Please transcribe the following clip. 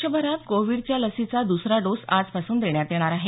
देशभरात कोविड च्या लसीचा दुसरा डोस आजपासून देण्यात येणार आहे